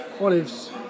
Olives